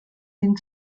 den